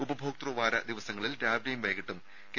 ഉപഭോക്തൃവാര ദിവസങ്ങളിൽ രാവിലെയും വൈകീട്ടും കെ